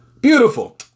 Beautiful